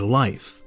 life